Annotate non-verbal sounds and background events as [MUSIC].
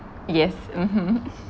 yes mmhmm [LAUGHS]